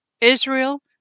Israel